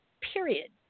Period